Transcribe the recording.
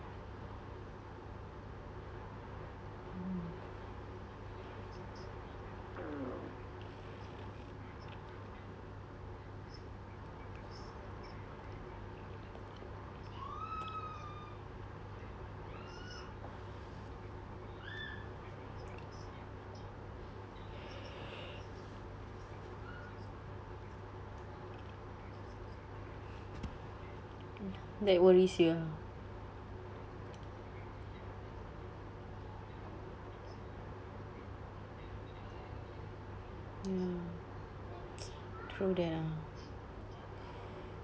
mm that worries you ah ya true that ah